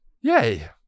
Yay